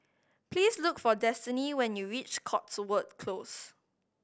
please look for Destiney when you reach Cotswold Close